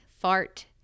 fart